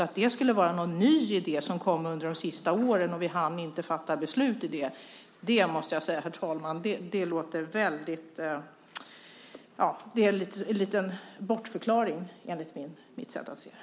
Att det skulle vara en ny idé som har kommit under de senaste åren - "Vi hann inte fatta beslut." - är en bortförklaring, herr talman.